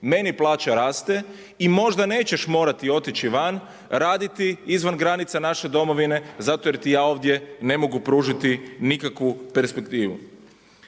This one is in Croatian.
Meni plaća raste i možda nećeš morati otići van raditi izvan granica naše domovine zato jer ti ja ovdje ne mogu pružiti nikakvu perspektivu.